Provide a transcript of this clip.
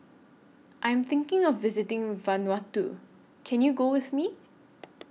I'm thinking of visiting Vanuatu Can YOU Go with Me